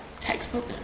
textbook